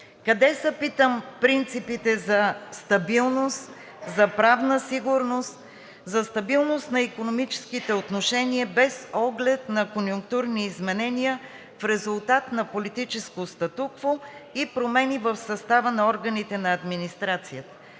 Къде са, питам, принципите за стабилност, за правна сигурност, за стабилност на икономическите отношения без оглед на конюнктурни изменения в резултат на политическо статукво и промени в състава на органите на администрацията?